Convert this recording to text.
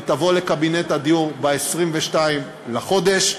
היא תבוא לקבינט הדיור ב-22 בחודש,